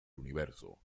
universo